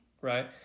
right